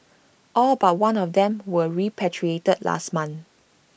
all but one of them were repatriated last month